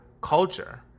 culture